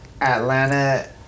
Atlanta